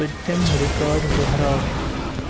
پٔتِم رِکاڈ دۄہراو